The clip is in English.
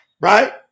Right